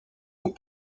aux